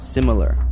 Similar